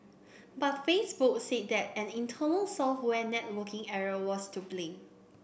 but Facebook said that an internal software networking error was to blame